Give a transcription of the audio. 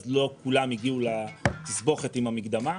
אז לא כולם הגיעו לתסבוכת עם המקדמה.